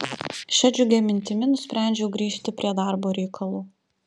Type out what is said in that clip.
šia džiugia mintimi nusprendžiau grįžti prie darbo reikalų